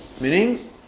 meaning